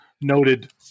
Noted